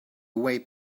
away